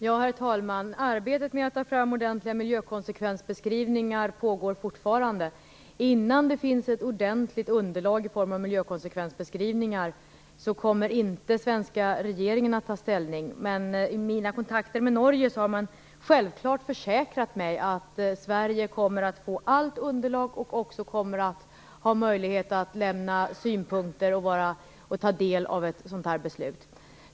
Herr talman! Arbetet med att ta fram ordentliga miljökonsekvensbeskrivningar pågår fortfarande. Innan det finns ett ordentligt underlag i form av miljökonsekvensbeskrivningar kommer inte den svenska regeringen att ta ställning. Men i mina kontakter med Norge har man självfallet försäkrat mig att Sverige kommer att få allt underlag, och även kommer att få möjlighet att lämna synpunkter och ta del av ett sådant här beslut.